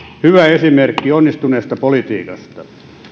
hyvä esimerkki onnistuneesta politiikasta